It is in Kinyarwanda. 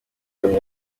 kamyo